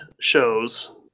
shows